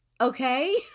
okay